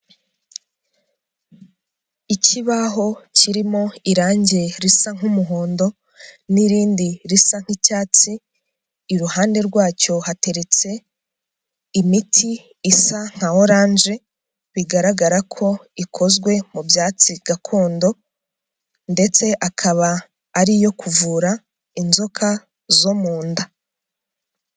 Ikibaho kirimo irange risa nk'umuhondo n'irindi risa nk'icyatsi, iruhande rwacyo hateretse imiti isa nka oranje, bigaragara ko ikozwe mu byatsi gakondo ndetse akaba ari iyo kuvura inzoka zo mu nda.